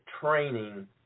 training